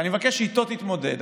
ואני מבקש שאיתו תתמודד,